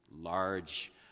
large